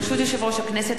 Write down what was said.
ברשות יושב-ראש הכנסת,